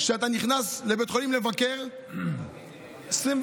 שאתה נכנס לבקר בבית חולים,